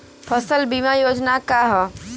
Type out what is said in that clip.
फसल बीमा योजना का ह?